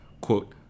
quote